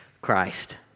Christ